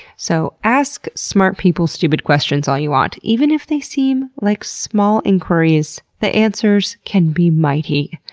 so ask smart people stupid questions all you want. even if they seem like small inquiries, the answers can be mighty.